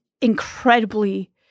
incredibly